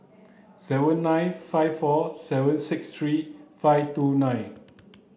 seven nine five four seven six three five two nine